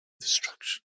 Destruction